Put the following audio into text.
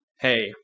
Hey